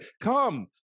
come